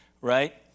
right